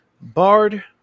Bard